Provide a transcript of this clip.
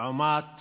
לעומת